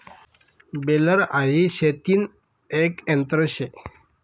baler हाई शेतीन एक यंत्र शे